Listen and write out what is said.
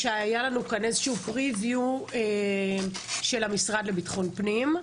היתה לנו כאן הצגה מקדימה של המשרד לביטחון הפנים,